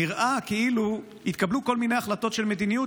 נראה כאילו התקבלו כל מיני החלטות של מדיניות,